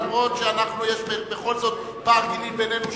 אף-על-פי שיש בכל זאת פער גילים בינינו,